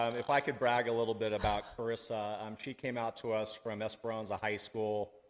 um if i could brag a little bit about karissa, um she came out to us from esperanza high school,